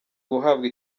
guhabwa